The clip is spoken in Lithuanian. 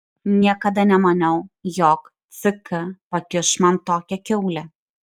niekada nemaniau jog ck pakiš man tokią kiaulę